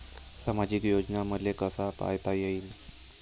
सामाजिक योजना मले कसा पायता येईन?